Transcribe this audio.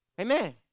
Amen